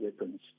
weapons